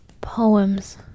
Poems